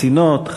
קצינות,